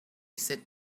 sit